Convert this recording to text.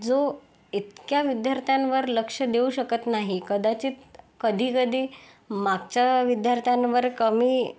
जो इतक्या विद्यार्थ्यांवर लक्ष देऊ शकत नाही कदाचित कधी कधी मागच्या विद्यार्थ्यांवर कमी